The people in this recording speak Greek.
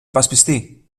υπασπιστή